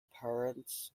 parents